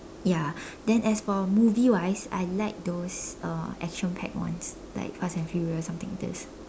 ya then as for movie wise I like those uh action packed ones like fast and furious something like this